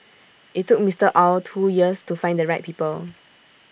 IT took Mister Ow two years to find the right people